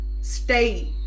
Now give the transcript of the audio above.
stay